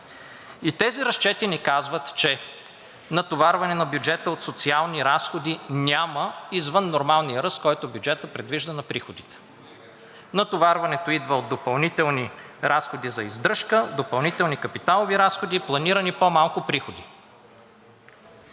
И тези разчети ни казват, че натоварване на бюджета от социални разходи няма извън нормалния ръст, който бюджетът предвижда на приходите. Натоварването идва от допълнителни разходи за издръжка, допълнителни капиталови разходи и планирани по-малко приходи.